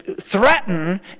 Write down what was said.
threaten